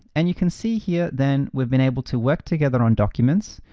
and you can see here then, we've been able to work together on documents,